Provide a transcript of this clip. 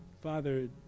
Father